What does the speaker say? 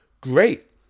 Great